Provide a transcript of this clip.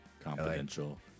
confidential